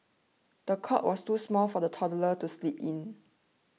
the cot was too small for the toddler to sleep in